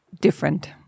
different